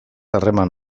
harreman